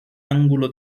ángulo